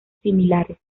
similares